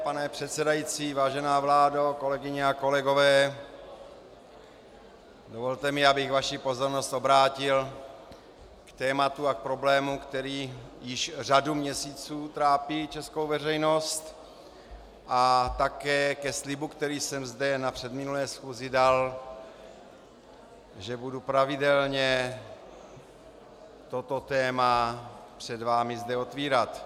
Pane předsedající, vážená vládo, kolegyně a kolegové, dovolte mi, abych vaši pozornost obrátil k tématu a problému, který již řadu měsíců trápí českou veřejnost, a také ke slibu, který jsem zde na předminulé schůzi dal, že budu pravidelně toto téma před vámi zde otvírat.